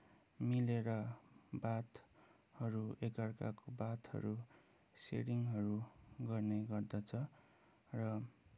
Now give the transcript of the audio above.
मिलेर बातहरूले गर्दा एकाअर्काको बातहरू सेयरिङहरू गर्ने गर्दछ र